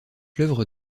l’œuvre